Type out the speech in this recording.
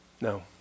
no